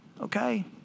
Okay